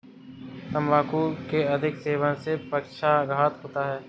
तंबाकू के अधिक सेवन से पक्षाघात होता है